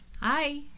Hi